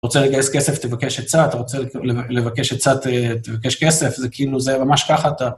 רוצה לגייס כסף, תבקש עצה, אתה רוצה ל-לב-לבקש עצה, ת-תבקש כסף, זה כאילו, זה ממש ככה, אתה...